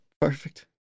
perfect